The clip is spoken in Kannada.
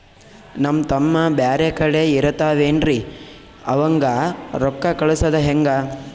ನಮ್ ತಮ್ಮ ಬ್ಯಾರೆ ಕಡೆ ಇರತಾವೇನ್ರಿ ಅವಂಗ ರೋಕ್ಕ ಕಳಸದ ಹೆಂಗ?